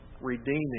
redeeming